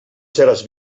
seràs